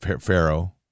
Pharaoh